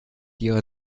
ihrer